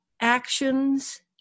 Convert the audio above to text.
actions